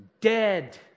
dead